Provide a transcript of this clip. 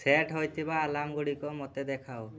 set ହୋଇଥିବା ଆଲାର୍ମ୍ଗୁଡ଼ିକ ମୋତେ ଦେଖାଅ